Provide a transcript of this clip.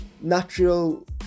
Natural